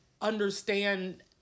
understand